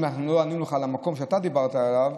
אם לא ענינו על המקום שאתה דיברת עליו,